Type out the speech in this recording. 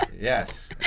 Yes